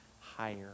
higher